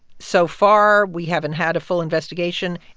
so far, we haven't had a full investigation.